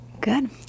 Good